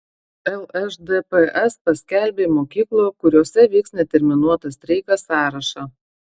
lšdps paskelbė mokyklų kuriose vyks neterminuotas streikas sąrašą